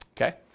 Okay